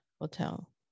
hotel